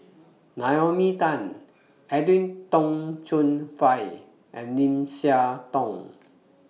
Naomi Tan Edwin Tong Chun Fai and Lim Siah Tong